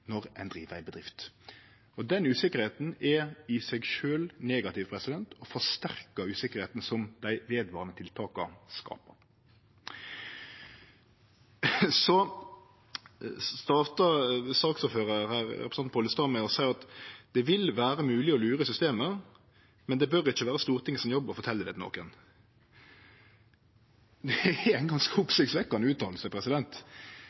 når ein driv ei bedrift. Den usikkerheita er i seg sjølv negativ og forsterkar usikkerheita dei vedvarande tiltaka skaper. Saksordføraren, representanten Pollestad, starta med å seie at det vil vere mogleg å lure systemet, men at det ikkje bør vere Stortinget sin jobb å fortelje det til nokon. Det er ein ganske